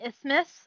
isthmus